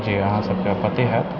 जे अहाँ सबके पते हैत